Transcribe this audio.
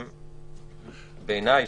בעיניי,